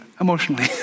emotionally